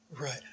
Right